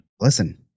Listen